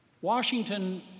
Washington